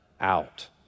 out